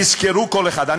תזכרו כל אחד,